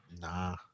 Nah